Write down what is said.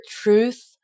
truth